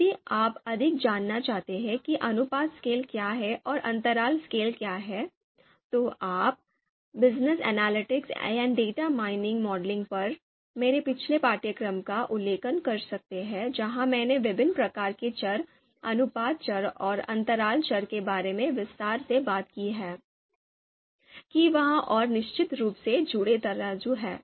यदि आप अधिक जानना चाहते हैं कि अनुपात स्केल क्या है और अंतराल स्केल क्या है तो आप business analytics and data mining modelling पर मेरे पिछले पाठ्यक्रम का उल्लेख कर सकते हैं जहाँ मैंने विभिन्न प्रकार के चर अनुपात चर और अंतराल चर के बारे में विस्तार से बात की है कि वहाँ और निश्चित रूप से जुड़े तराजू हैं